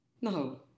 No